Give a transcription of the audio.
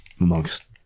amongst